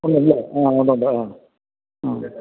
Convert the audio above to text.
ഇല്ലല്ലേ ആ ആണല്ലേ ആ